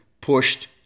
pushed